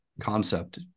concept